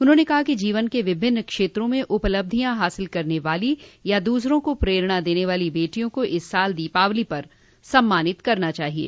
उन्होंने कहा कि जीवन के विभिन्न क्षेत्रों में उपलब्धियां हासिल करने वाली या दूसरों को प्रेरणा देने वाली बेटियों को इस साल दीपावली पर सम्मानित करना चाहिये